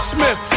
Smith